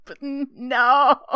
No